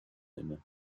inne